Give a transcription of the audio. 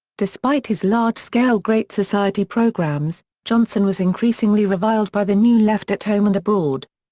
despite his large-scale great society programs, johnson was increasingly reviled by the new left at home and abroad.